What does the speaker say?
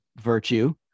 virtue